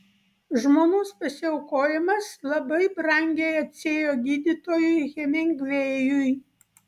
žmonos pasiaukojimas labai brangiai atsiėjo gydytojui hemingvėjui